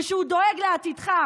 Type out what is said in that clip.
ושהוא דואג לעתידך.